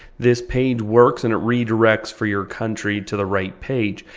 this page works, and it redirects for your country to the right page.